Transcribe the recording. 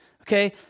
okay